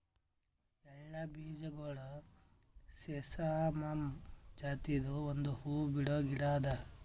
ಎಳ್ಳ ಬೀಜಗೊಳ್ ಸೆಸಾಮಮ್ ಜಾತಿದು ಒಂದ್ ಹೂವು ಬಿಡೋ ಗಿಡ ಅದಾ